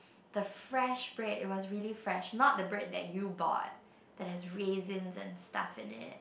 the fresh bread it was really fresh not the bread that you bought there has raisins and stuff in it